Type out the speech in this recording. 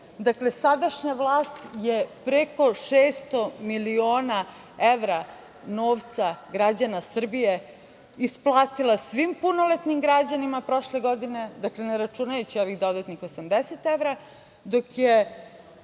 Dakle, sadašnja vlast je preko 600 miliona evra novca građana Srbije isplatila svim punoletnim građanima prošle godine, ne računajući ovih dodatnih 80 evra, dok je